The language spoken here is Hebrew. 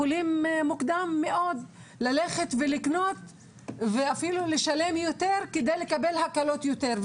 יכולים מוקדם מאוד ללכת ולקנות ואפילו לשלם יותר כדי לקבל הקלות יותר,